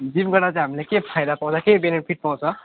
gym गर्नाले चाहिँ हामीले के फाइदा पाउँछ के बेनिफिट पाउँछ